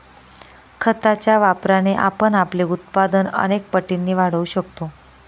खताच्या वापराने आपण आपले उत्पादन अनेक पटींनी वाढवू शकतो